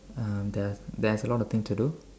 uh there there's a lot of things to do